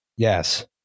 Yes